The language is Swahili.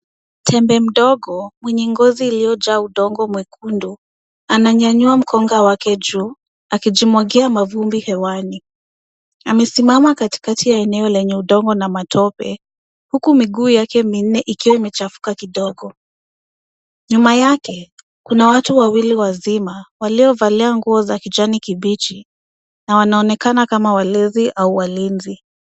Tembo mdogo mwenye ngozi iliyojaa udongo mwekundu ananyanyua mkonga wake juu akijimwagia mavumbi hewani. Amesimama katikati ya eneo lenye udongo na matope huku miguu yake minne ikiwa imechafuka kidogo. Nyuma yake kuna watu wawili wazima waliovalia nguo za kijani kibichi na wanaonekana kama walezi au walinzi.